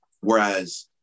Whereas